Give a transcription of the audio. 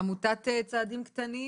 עמותת צעדים קטנים.